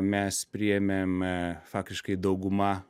mes priėmėme faktiškai dauguma